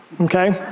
Okay